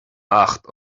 acht